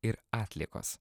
ir atliekos